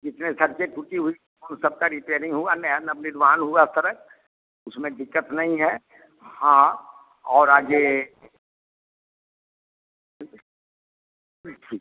जिसमें सड़कें फूटी हुई उस सबका रिपेरिंग हुआ है ना निर्वाहन हुआ सड़क उसमें दिक्कत नहीं है हाँ और आगे